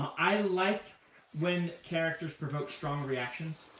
i like when characters provoke strong reactions.